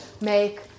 make